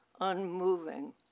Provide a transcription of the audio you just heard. unmoving